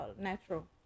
natural